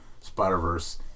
Spider-Verse